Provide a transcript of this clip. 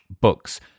books